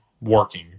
working